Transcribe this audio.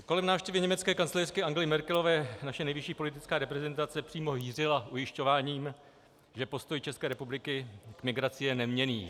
Kolem návštěvy německé kancléřky Angely Merklové naše nejvyšší politická reprezentace přímo hýřila ujišťováním, že postoj České republiky k migraci je neměnný.